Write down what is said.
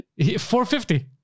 450